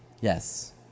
Yes